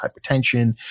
hypertension